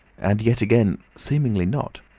and yet again, seemingly not.